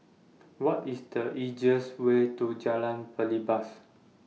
What IS The easiest Way to Jalan Belibas